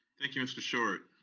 thank you, mr. short.